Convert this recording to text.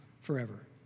forever